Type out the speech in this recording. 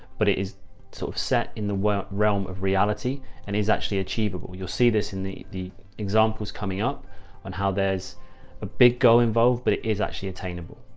but it is sort of set in the realm of reality and is actually achievable. you'll see this in the the examples coming up on how there's a big goal involved, but it is actually attainable.